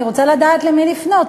אני רוצה לדעת למי לפנות.